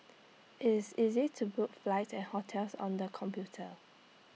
it's easy to book flight and hotels on the computer